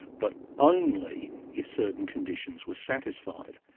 but only if certain conditions were satisfied.